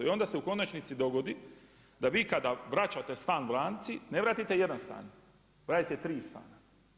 I onda se u konačnici dogodi da vi kada vraćate stan banci, ne vratite 1 stan, vratite 3 stana.